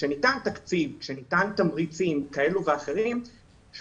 כשניתנים תקציבים ותמריצים כאלו ואחרים,